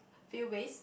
few base